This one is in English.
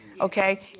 Okay